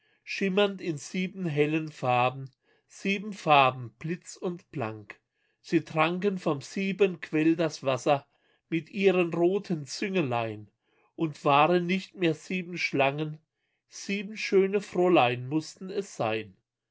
schimmernd in sieben hellen farben sieben farben blitz und blank sie tranken vom siebenquell das wasser mit ihren roten züngelein und waren nicht mehr sieben schlangen sieben schöne fräulein mußten es sein